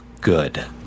good